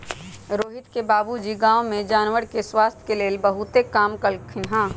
रोहित के बाबूजी गांव में जानवर के स्वास्थ के लेल बहुतेक काम कलथिन ह